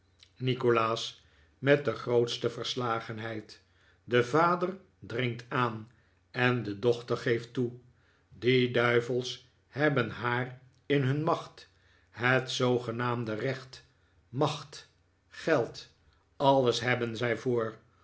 nikolaas met de grootste verslagenheid de vader dringt aan en de dochter geeft toe die duivels hebben haar in hun macht het zoogenaamde recht macht geld alles hebben zij voor